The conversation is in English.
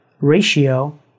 ratio